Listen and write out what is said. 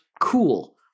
cool